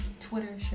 Twitter